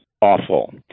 Awful